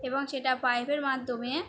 এবং সেটা পাইপের মাধ্যমে